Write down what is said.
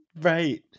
right